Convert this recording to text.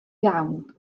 iawn